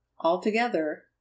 Altogether